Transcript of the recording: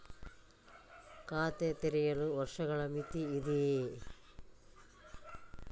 ಖಾತೆ ತೆರೆಯಲು ವರ್ಷಗಳ ಮಿತಿ ಇದೆಯೇ?